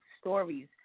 stories